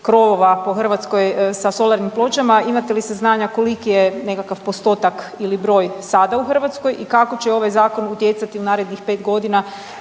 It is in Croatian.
krovova po Hrvatskoj sa solarnim pločama, imate li saznanja koliki je nekakav postotak ili broj sada u Hrvatskoj i kako će ovaj zakon utjecati narednih pet godina